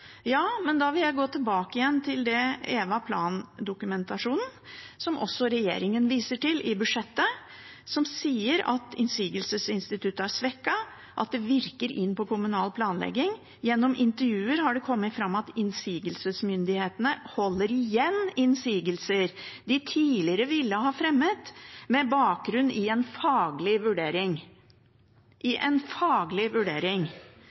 Men da vil jeg gå tilbake til EVAPLAN-dokumentasjonen, som også regjeringen viser til i budsjettet, hvor det står at innsigelsesinstituttet er svekket, og at det virker inn på kommunal planlegging. Gjennom intervjuer har det kommet fram at innsigelsesmyndighetene holder igjen innsigelser de tidligere ville ha fremmet med bakgrunn i en faglig vurdering.